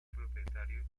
propietario